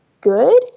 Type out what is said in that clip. good